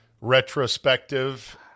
retrospective